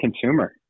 consumer